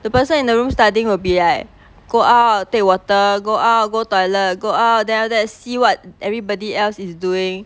the person in the room studying will be like go out take water go out go toilet go out then after that see what everybody else is doing